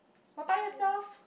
what about yourself